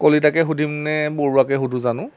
কলিতাকে সুধিম নে বৰুৱাকে সুধোঁ জানো